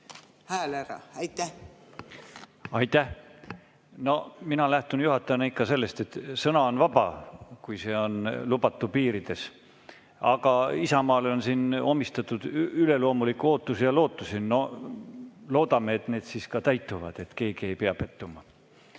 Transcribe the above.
hääl ära. Aitäh! No mina lähtun juhatajana ikka sellest, et sõna on vaba, kui see on lubatu piirides. Aga Isamaale on siin omistatud üleloomulikke ootusi ja lootusi. Loodame, et need ka täituvad ja keegi ei pea pettuma.